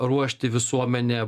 ruošti visuomenę